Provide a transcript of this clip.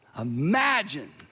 Imagine